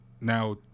now